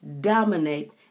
dominate